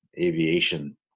aviation